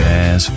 Jazz